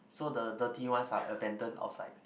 so the dirty ones are abandoned outside